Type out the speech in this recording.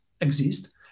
exist